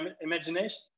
imagination